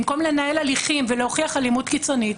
במקום לנהל הליכים ולהוכיח אלימות קיצונית,